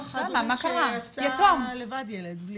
או אימא חד הורית שעשתה לבד ילד...